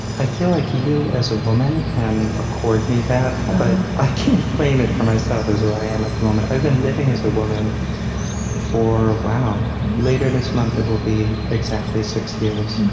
i feel like you as a woman can accord me that, but i can't claim it for myself is where i am at the moment. i've been living as a woman for, wow, later this month, it will be exactly six years.